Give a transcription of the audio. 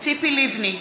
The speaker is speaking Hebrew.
ציפי לבני,